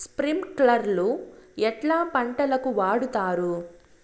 స్ప్రింక్లర్లు ఎట్లా పంటలకు వాడుతారు?